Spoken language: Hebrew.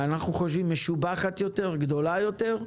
אנחנו חושבים שהיא משובחת יותר, גדולה יותר,